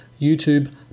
YouTube